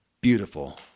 Beautiful